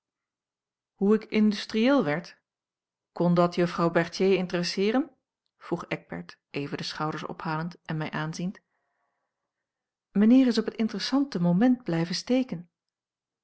hoe ik industrieel werd kon dat juffrouw berthier interesseeren vroeg eckbert even de schouders ophalend en mij aanziend mijnheer is op het interessante moment blijven steken